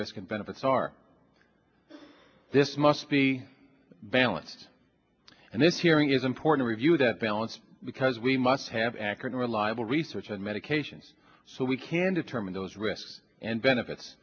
risk and benefits are this must be balanced and this hearing is important we view that balance because we must have accurate reliable research and medications so we can determine those risks and benefits